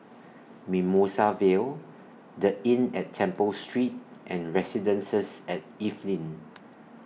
Mimosa Vale The Inn At Temple Street and Residences At Evelyn